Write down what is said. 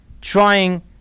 trying